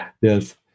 yes